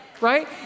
Right